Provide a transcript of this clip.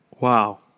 Wow